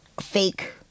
fake